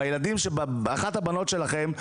באחת הבנות שלכם,